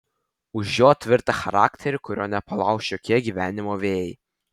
už jo tvirtą charakterį kurio nepalauš jokie gyvenimo vėjai